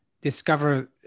discover